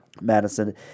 Madison